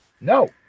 No